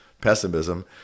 pessimism